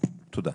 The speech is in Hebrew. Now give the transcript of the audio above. תודה.